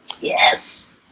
Yes